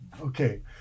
okay